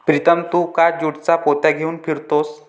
प्रीतम तू का ज्यूटच्या पोत्या घेऊन फिरतोयस